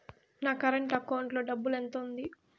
నా current account లో డబ్బులు ఎంత ఉంది?